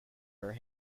her